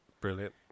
Brilliant